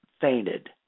fainted